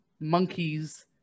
monkeys